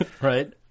Right